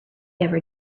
ever